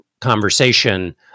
conversation